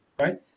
right